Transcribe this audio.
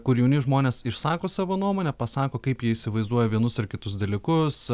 kur jauni žmonės išsako savo nuomonę pasako kaip jie įsivaizduoja vienus ar kitus dalykus